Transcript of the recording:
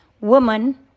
woman